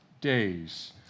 days